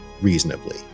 reasonably